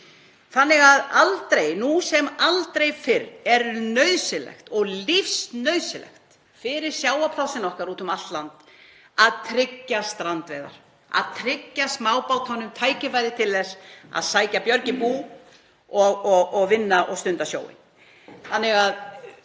við ströndina. Nú sem aldrei fyrr er nauðsynlegt og lífsnauðsynlegt fyrir sjávarplássin okkar úti um allt land að tryggja strandveiðar, að tryggja smábátunum tækifæri til þess að sækja björg í bú og vinna og stunda sjóinn. Þannig að,